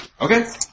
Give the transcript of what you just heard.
Okay